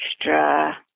extra